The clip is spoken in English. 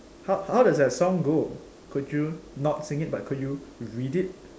how how that the song go could you not sing it but could you you read it